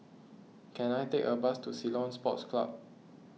can I take a bus to Ceylon Sports Club